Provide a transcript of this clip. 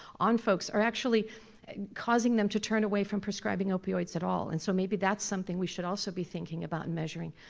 on folks are actually causing them to turn away from prescribing opioids at all. and so maybe that's something we should also be thinking about and measuring.